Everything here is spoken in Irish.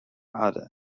fhada